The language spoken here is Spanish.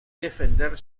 defender